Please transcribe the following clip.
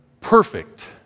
perfect